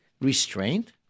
restraint